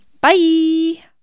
Bye